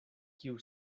kiu